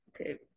Okay